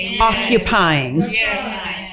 occupying